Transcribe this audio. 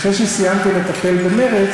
אחרי שסיימתי לטפל במרצ,